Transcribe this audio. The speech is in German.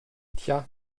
tja